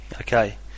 Okay